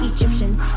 Egyptians